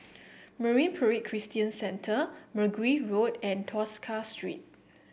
Marine Parade Christian Centre Mergui Road and Tosca Street